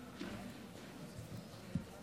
אני